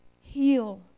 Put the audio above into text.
Heal